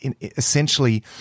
essentially